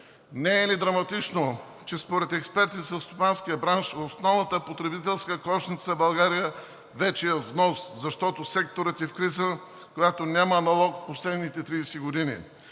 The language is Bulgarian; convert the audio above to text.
Не е ли драматично, че според експерти в селскостопанския бранш основната потребителска кошница в България вече е от внос, защото секторът е в криза, която няма аналог в последните 30 години!